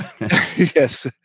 Yes